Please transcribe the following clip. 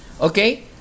okay